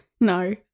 No